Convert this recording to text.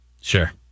sure